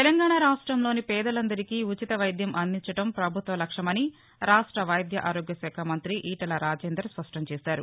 తెలంగాణ రాష్టంలోని పేదలందరికీ ఉచిత వైద్యం అందించడం పభుత్వ లక్ష్మమని రాష్ట వైద్యారోగ్యశాఖ మంతి ఈటల రాజేందర్ స్పష్టం చేశారు